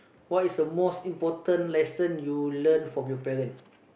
what is a most important lesson you learn from your parent